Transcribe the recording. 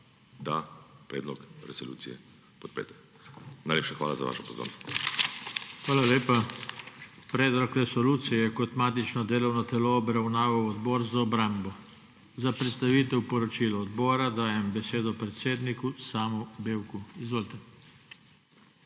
da predlog resolucije podprete. Najlepša hvala za vašo pozornost. **PODPREDSEDNIK JOŽE TANKO:** Hvala lepa. Predlog resolucije je kot matično delovno telo obravnaval Odbor za obrambo. Za predstavitev poročila odbora dajem besedo predsedniku, Samu Bevku. Izvolite.